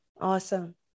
awesome